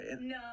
No